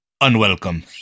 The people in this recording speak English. unwelcome